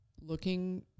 looking